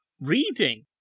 reading